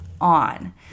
on